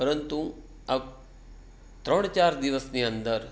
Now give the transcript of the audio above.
પરંતુ આ ત્રણ ચાર દિવસની અંદર